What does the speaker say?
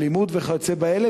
אלימות וכיוצא בזה,